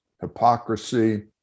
hypocrisy